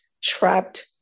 trapped